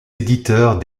éditeurs